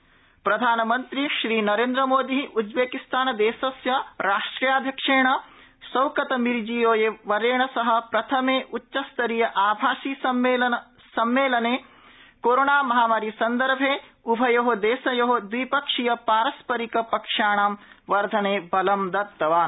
Uzbekistan Bharat प्रधानमंत्री श्री नरेन्द्रमोदी उज़्बेकिस्तानदेशस्य राष्ट्राध्यक्षेण शौकत मिर्जियोयेव वर्येण सह प्रथमे उच्चस्तरीय भासी उपवेशने कोरोणामहामारी सन्दर्भे उभयोः देशयोः द्विपक्षीय पारस्परिक पक्षाणां वर्धने बलं दतवान्